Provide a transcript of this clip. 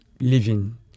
living